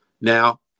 Now